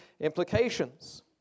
implications